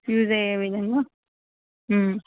ఇదే విధంగా